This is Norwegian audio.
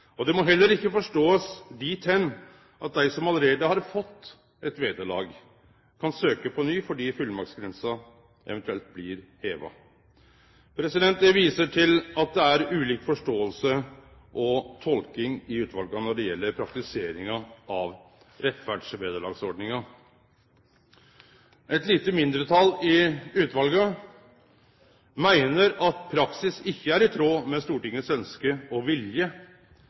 overskriden. Det må heller ikkje forståast slik at dei som allereie har fått eit vederlag, kan søkje på ny fordi fullmaktsgrensa eventuelt blir heva. Eg viser til at det er ulik forståing og tolking i utvala når det gjeld praktiseringa av rettferdsvederlagsordninga. Eit lite mindretal i utvala meiner at praksis ikkje var i tråd med Stortingets ønske og vilje